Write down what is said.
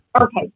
Okay